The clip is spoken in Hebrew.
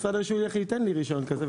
משרד הרישוי ילך וייתן לי רישיון כזה,